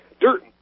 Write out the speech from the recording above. Dirt